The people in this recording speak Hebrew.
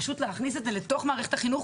צריך להכניס את זה לתוך מערכת החינוך